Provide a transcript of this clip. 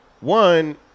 one